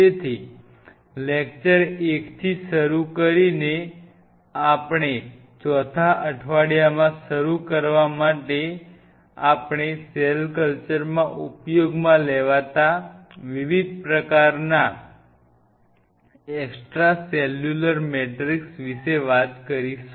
તેથી લેક્ચર એક થી શરૂ કરીને અને આપણે ચોથાં અઠવાડિયામાં શરૂ કરવા માટે આપણે સેલ કલ્ચરમાં ઉપયોગમાં લેવાતા વિવિધ પ્રકારના એક્સટ્રા સેલ્યુલર મેટ્રિક્સ વિશે વાત કરીશું